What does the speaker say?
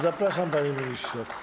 Zapraszam, panie ministrze.